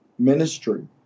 ministry